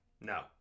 No